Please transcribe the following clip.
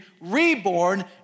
reborn